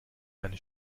eine